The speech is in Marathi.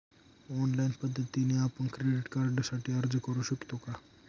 ऑनलाईन पद्धतीने आपण क्रेडिट कार्डसाठी अर्ज करु शकतो का?